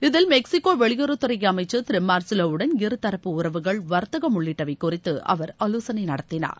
இதில் மெக்ஸிகோ வெளியுறவுத்துறை அமைச்சர்திரு மார்சிவோவுடன் இருதரப்பு உறவுகள் வர்த்தகம் உள்ளிட்டவை குறித்து அவர் ஆலோசனை நடத்தினார்